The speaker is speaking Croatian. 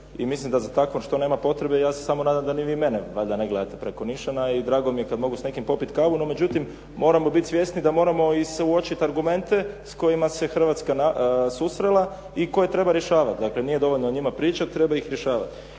i mislim da za takvo što nema potrebe, ja se samo nadam da ni vi mene valjda ne gledate preko nišana i drago mi je kad mogu s nekim popit kavu. No međutim, moramo biti svjesni da moramo suočiti argumente s kojima se Hrvatska susrela i koje treba rješavati. Dakle, nije dovoljno o njima pričati, treba ih rješavati.